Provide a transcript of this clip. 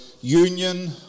union